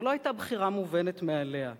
זו לא היתה בחירה מובנת מאליה.